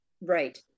Right